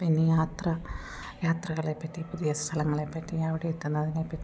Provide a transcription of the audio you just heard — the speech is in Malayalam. പിന്നെ യാത്ര യാത്രകളെപ്പറ്റി പുതിയ സ്ഥലങ്ങളെപ്പറ്റി അവിടെ എത്തുന്നതിനെപ്പറ്റിയിട്ട്